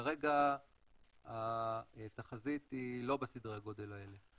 כרגע התחזית לא בסדרי הגודל האלה.